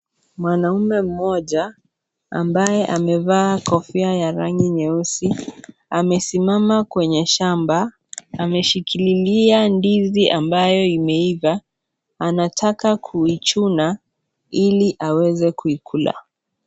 Mwanaume mmoja ambaye amevaa kofia ya rangi nyeusi amesimama kwenye shamba ameshikililia ndizi ambayo imeiva anataka kuichuna hili aweze kuikula.